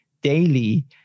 daily